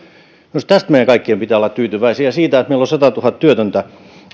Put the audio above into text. minusta tästä meidän kaikkien pitää olla tyytyväisiä siitä että meillä on satatuhatta työtöntä